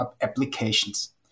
applications